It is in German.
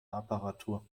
apparatur